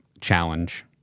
Challenge